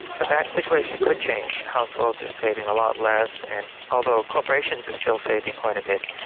but that situation could change. households are saving a lot less and although corporations are still saving quite a bit,